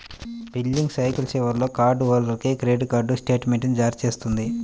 billing cycle చివరిలో card హోల్డర్కు credit card స్టేట్మెంట్ను జారీ చేస్తుంది